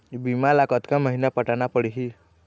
बीमा ला कतका महीना पटाना पड़ही?